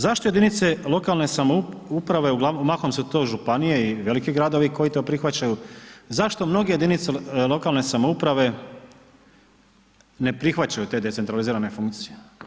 Zašto jedinice lokalne samouprave mahom su to županije i veliki gradovi koji to prihvaćaju, zašto mnoge jedinice lokale samouprave ne prihvaćaju te decentralizirane funkcije?